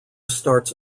starts